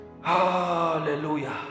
Hallelujah